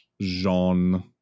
Jean